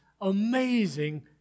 amazing